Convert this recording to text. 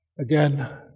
Again